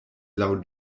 laŭ